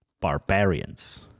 barbarians